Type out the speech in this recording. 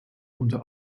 unter